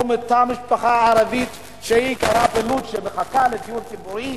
או אותה משפחה ערבית שגרה בלוד ומחכה לדיור ציבורי,